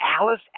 alice